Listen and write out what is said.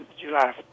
July